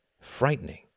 frightening